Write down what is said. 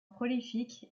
prolifique